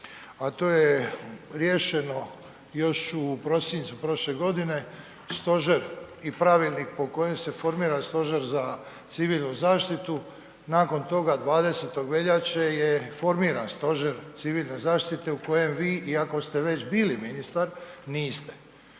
a to je riješeno još u prosincu prošle godine, stožer i pravilnik po kojem se formira Stožer za civilnu zaštitu nakon toga 20.veljače je i formiran Stožer civilne zaštite u kojem vi iako ste već bili ministar niste.